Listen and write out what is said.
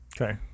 okay